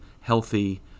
healthy